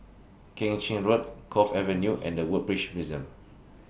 Keng Chin Road Cove Avenue and The Woodbridge Museum